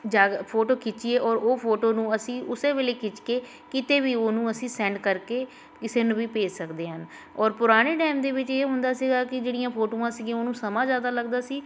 ਜਦ ਫੋਟੋ ਖਿੱਚੀਏ ਔਰ ਉਹ ਫੋਟੋ ਨੂੰ ਅਸੀਂ ਉਸੇ ਵੇਲੇ ਖਿੱਚ ਕੇ ਕਿਤੇ ਵੀ ਉਹਨੂੰ ਅਸੀਂ ਸੈਂਡ ਕਰਕੇ ਕਿਸੇ ਨੂੰ ਵੀ ਭੇਜ ਸਕਦੇ ਹਨ ਔਰ ਪੁਰਾਣੇ ਟਾਈਮ ਦੇ ਵਿੱਚ ਇਹ ਹੁੰਦਾ ਸੀਗਾ ਕਿ ਜਿਹੜੀਆਂ ਫੋਟੋਆਂ ਸੀਗੀਆਂ ਉਹਨੂੰ ਸਮਾਂ ਜ਼ਿਆਦਾ ਲੱਗਦਾ ਸੀ